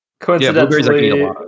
Coincidentally